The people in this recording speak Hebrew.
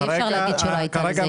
אי אפשר להגיד שלא הייתה לזה התייחסות.